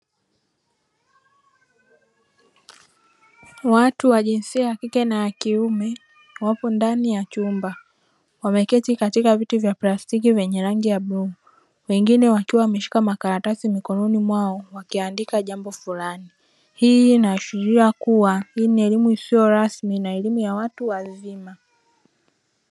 Watu wa jinsia ya kike na kiume wako ndani ya chumba, wameketi katika viti vya plastiki vyenye rangi ya bluu wengine wakiwa wameshika makaratasi mikononi mwao wakiandika jambo fulani. Hii inaashiria kua ni elimu isiyo rasmi na elimu ya watu wazima.